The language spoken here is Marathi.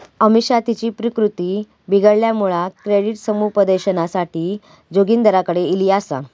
अमिषा तिची प्रकृती बिघडल्यामुळा क्रेडिट समुपदेशनासाठी जोगिंदरकडे ईली आसा